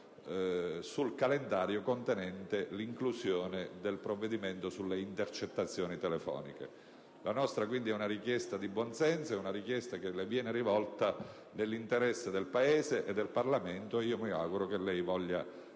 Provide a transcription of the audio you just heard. sul calendario, contenente l'inclusione del provvedimento sulle intercettazioni telefoniche. La nostra è una richiesta di buon senso, che le viene rivolta nell'interesse del Paese e del Parlamento. Mi auguro che gli